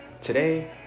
today